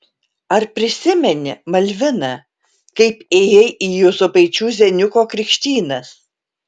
ar prisimeni malvina kaip ėjai į juozapaičių zeniuko krikštynas